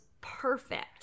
perfect